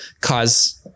cause